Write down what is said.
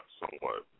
somewhat